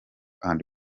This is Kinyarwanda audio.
and